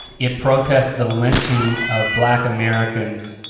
it protests the lynching of black americans